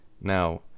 now